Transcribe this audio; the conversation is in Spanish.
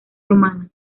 romanas